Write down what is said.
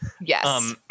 yes